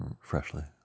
freshly